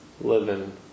living